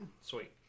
sweet